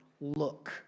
look